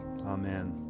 Amen